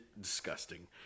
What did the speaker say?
disgusting